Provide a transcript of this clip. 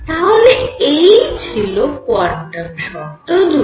তাহলে এই ছিল কোয়ান্টাম শর্ত দুটি